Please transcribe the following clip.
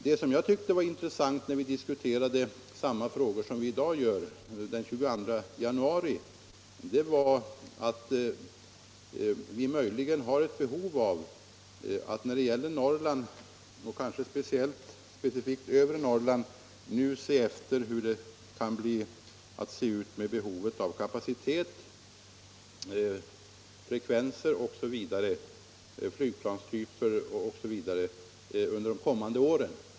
Det som jag tyckte var intressant när vi den 22 januari diskuterade samma frågor som vi i dag diskuterar var tanken att vi för Norrland och kanske speciellt för övre Norrland bör undersöka behovet av kapacitet, frekvenser, flygplanstyper osv. under de kommande åren.